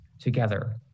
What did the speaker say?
together